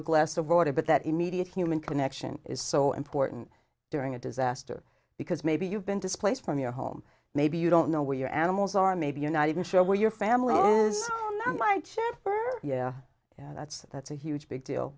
a glass of water but that immediate human connection is so important during a disaster because maybe you've been displaced from your home maybe you don't know where your animals are maybe you're not even sure where your family is my chip yeah yeah that's that's a huge big deal